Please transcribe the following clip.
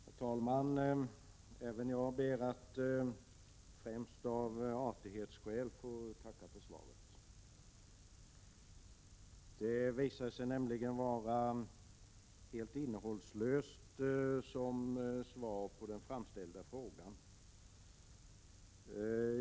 Herr talman! Även jag ber att — främst av artighetsskäl— få tacka för svaret. Detta visar sig nämligen vara helt innehållslöst som svar på den framställda frågan.